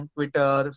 Twitter